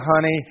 honey